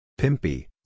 Pimpy